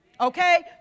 Okay